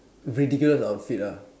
ridiculous outfit ah